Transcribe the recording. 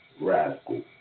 rascal